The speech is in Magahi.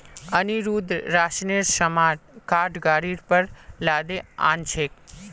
अनिरुद्ध राशनेर सामान काठ गाड़ीर पर लादे आ न छेक